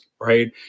right